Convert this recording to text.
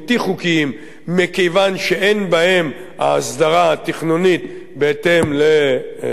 מכיוון שאין בהם ההסדרה התכנונית בהתאם לתוכנית בניין העיר.